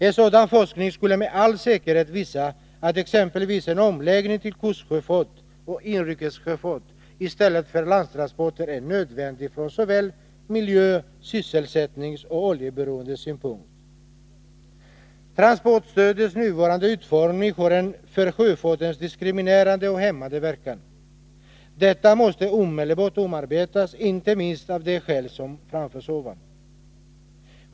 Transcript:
En sådan forskning skulle med all säkerhet visa att exempelvis en omläggning till kustsjöfart och inrikes sjöfart i stället för landtransporter är nödvändig från såväl miljöoch sysselsättningssom oljeberoendesynpunkt. Transportstödets nuvarande utformning har en för sjöfarten diskriminerande och hämmande verkan. Stödet måste omedelbart omarbetas, inte minst av de skäl som här framförts.